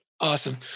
Awesome